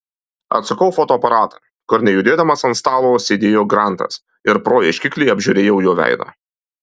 atsukau fotoaparatą kur nejudėdamas ant stalo sėdėjo grantas ir pro ieškiklį apžiūrėjau jo veidą